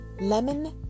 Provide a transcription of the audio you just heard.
lemon